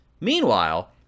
Meanwhile